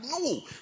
no